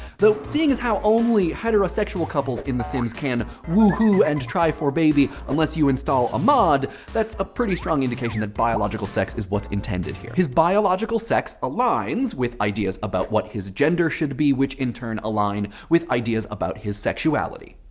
though, seeing as how only heterosexual couples in the sims can woohoo and try for baby unless you install a mod, that's a pretty strong indication that biological sex is what's intended here. his biological sex aligns with ideas about what his gender should be, which in turn align with ideas about his sexuality.